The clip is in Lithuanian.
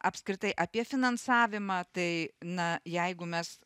apskritai apie finansavimą tai na jeigu mes